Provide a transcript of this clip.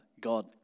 God